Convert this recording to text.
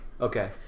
Okay